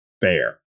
fair